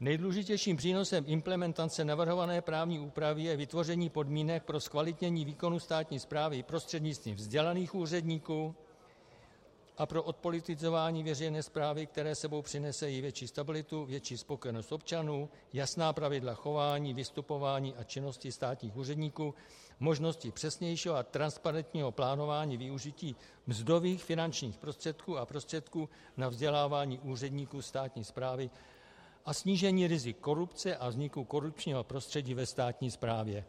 Nejdůležitějším přínosem implementace navrhované právní úpravy je vytvoření podmínek pro zkvalitnění výkonu státní správy i prostřednictvím vzdělaných úředníků a pro odpolitizování veřejné správy, které s sebou přinese i větší stabilitu, větší spokojenost občanů, jasná pravidla chování, vystupování a činnosti státních úředníků, možnosti přesnějšího a transparentního plánování využití mzdových finančních prostředků a prostředků na vzdělávání úředníků státní správy a snížení rizik korupce a vzniku korupčního prostřední ve státní správě.